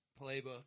playbook